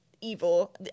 Evil